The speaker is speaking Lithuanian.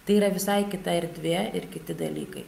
tai yra visai kita erdvė ir kiti dalykai